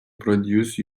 produce